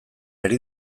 ari